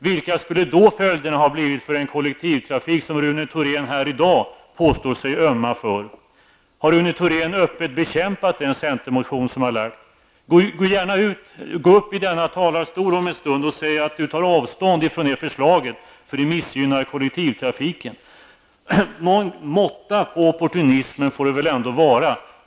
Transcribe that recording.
Vilka skulle då följderna ha blivit för den kollektivtrafik som Rune Thorén här i dag påstår sig ömma för? Har Rune Thorén öppet bekämpat den centermotion som har lagts fram? Gå gärna upp i denna talarstol om en stund och säg: Jag tar avstånd från det förslaget, för det missgynnar kollektivtrafiken. Någon måtta på opportunismen får det ändå vara.